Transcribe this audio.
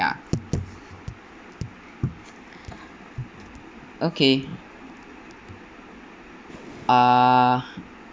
~a okay uh